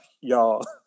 y'all